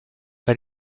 per